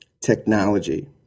technology